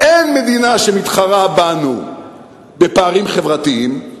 אין מדינה שמתחרה בנו בפערים חברתיים.